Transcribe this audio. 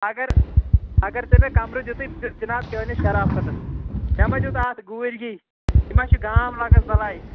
اگر اگر ژےٚ مےٚ کَمرٕ دِتُے جِناب چٲنِس شرافتَس مےٚ ما دیُت اَتھ گوٗرۍ گی یہِ ما چھِ گام لَگس بلایہِ